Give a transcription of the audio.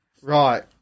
Right